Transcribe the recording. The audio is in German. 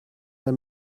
der